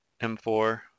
M4